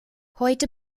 heute